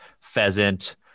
pheasant